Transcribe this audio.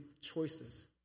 choices